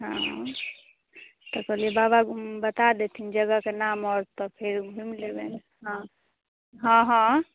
हँ तऽ कहलियै बाबा बता देथिन जगहके नाम आओर तऽ फेर घुमि लेबै हँ हँ हँ